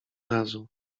razu